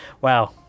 wow